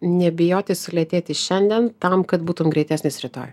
nebijoti sulėtėti šiandien tam kad būtum greitesnis rytoj